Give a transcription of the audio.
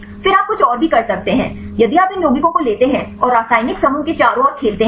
फिर आप कुछ और भी कर सकते हैं यदि आप इन यौगिकों को लेते हैं और रासायनिक समूहों के चारों ओर खेलते हैं